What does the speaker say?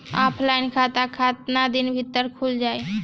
Offline खाता केतना दिन के भीतर खुल जाई?